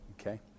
Okay